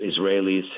Israelis